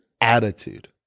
Attitude